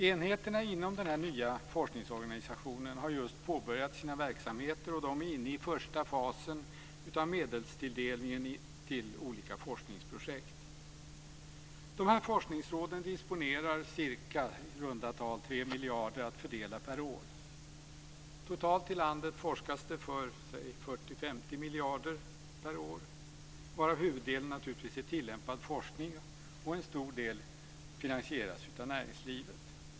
Enheterna inom denna nya forskningsorganisation har just påbörjat sina verksamheter, och de är inne i den första fasen av medelstilldelningen till olika forskningsprojekt. De här forskningsråden disponerar i runt tal 3 miljarder att fördela per år. Totalt i landet forskas det för 40-50 miljarder per år, varav huvuddelen naturligtvis är tillämpad forskning, och en stor del finansieras av näringslivet.